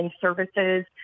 services